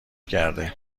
کرده